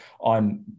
on